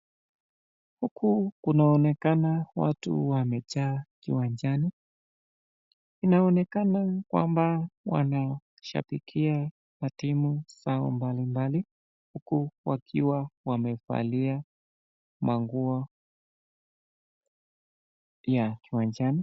Huku kunaonekana watu wammejaa kiwanjani. Inaonekana ya kwamba wanashabikia matimu zao mbalimbali huku wakiwa wamevalia manguo ya uwanjani.